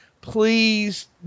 please